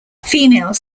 females